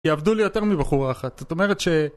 יעבדו לי יותר מבחורה אחת, זאת אומרת ש...